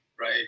right